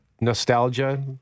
nostalgia